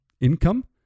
income